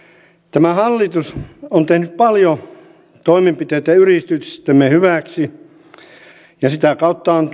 tämä hallitus on tehnyt paljon toimenpiteitä yritystemme hyväksi ja sitä kautta on